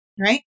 right